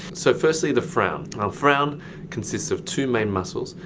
so firstly the frown. our frown consists of two main muscles.